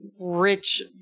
rich